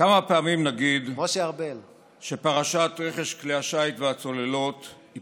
כמה פעמים נגיד שפרשת רכש כלי השיט והצוללות היא